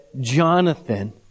Jonathan